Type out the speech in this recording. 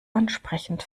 ansprechend